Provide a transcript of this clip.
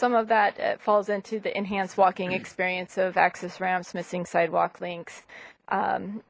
some of that falls into the enhanced walking experience of access ramps missing sidewalk links